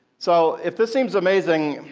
so if this seems amazing,